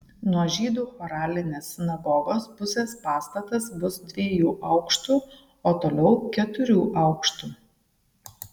nuo žydų choralinės sinagogos pusės pastatas bus dviejų aukštų o toliau keturių aukštų